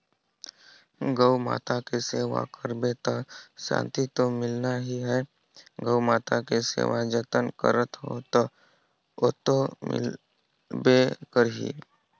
गउ माता के सेवा करबे त सांति तो मिलना ही है, गउ माता के सेवा जतन करत हो त ओतो मिलबे करही